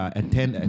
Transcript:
attend